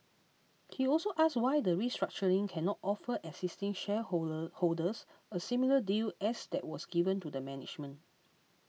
he also asked why the restructuring cannot offer existing share holders a similar deal as that was given to the management